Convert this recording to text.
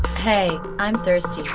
hey, i'm thirsty,